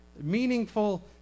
meaningful